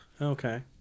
Okay